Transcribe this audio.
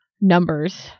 numbers